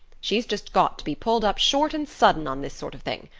she's just got to be pulled up short and sudden on this sort of thing.